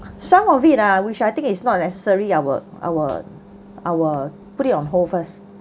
some of it ah which I think it's not necessary I would I would I would put it on hold first